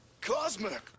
cosmic